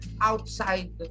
outside